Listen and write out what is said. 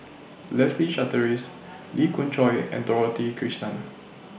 Leslie Charteris Lee Khoon Choy and Dorothy Krishnan